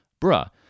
Bruh